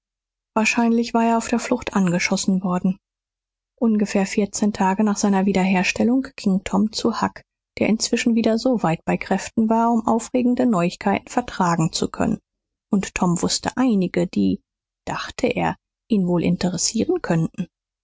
wahrscheinlich war er auf der flucht angeschossen worden ungefähr vierzehn tage nach seiner wiederherstellung ging tom zu huck der inzwischen wieder so weit bei kräften war um aufregende neuigkeiten vertragen zu können und tom wußte einige die dachte er ihn wohl interessieren könnten